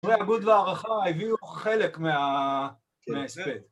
זה היה גודל הערכה, הביאו חלק מהסרט.